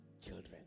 children